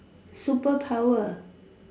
super power